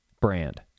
brand